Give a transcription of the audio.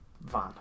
van